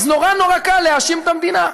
אז נורא נורא קל להאשים את המדינה.